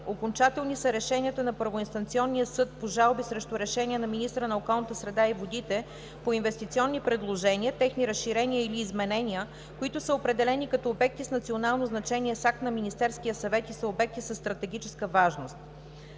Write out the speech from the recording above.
Окончателни са решенията на първоинстанционния съд по жалби срещу решения на министъра на околната среда и водите по инвестиционни предложения, техни разширения или изменения, които са определени като обекти с национално значение с акт на Министерския съвет и са обекти със стратегическа важност.